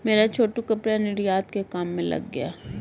मेरा छोटू कपड़ा निर्यात के काम में लग गया है